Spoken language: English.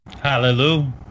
Hallelujah